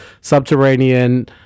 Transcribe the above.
Subterranean